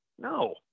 No